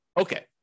Okay